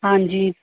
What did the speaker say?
ਹਾਂਜੀ